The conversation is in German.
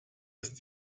ist